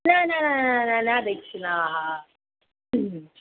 न न न न न दक्षिणाः